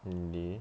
really